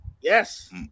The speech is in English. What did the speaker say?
Yes